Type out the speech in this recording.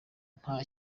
nta